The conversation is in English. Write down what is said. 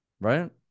right